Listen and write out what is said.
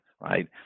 right